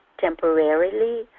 temporarily